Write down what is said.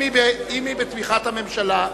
יש לך עשר דקות.